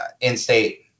in-state